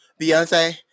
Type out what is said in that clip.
Beyonce